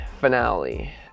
finale